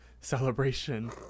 celebration